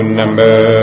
number